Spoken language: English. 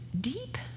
deep